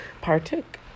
partook